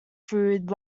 through